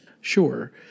Sure